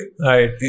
Right